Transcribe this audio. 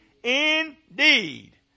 Indeed